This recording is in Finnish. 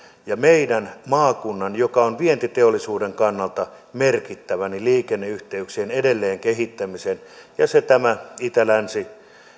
ja meidän maakunnan joka on vientiteollisuuden kannalta merkittävä liikenneyhteyksien edelleen kehittämisen ja tämän itä länsi